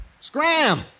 Scram